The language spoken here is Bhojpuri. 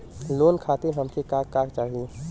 लोन खातीर हमके का का चाही?